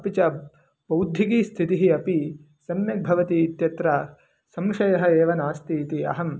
अपि च बौद्धिकीस्थितिः अपि सम्यक् भवति इत्यत्र संशयः एव नास्ति इति अहं